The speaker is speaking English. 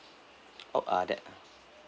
of uh that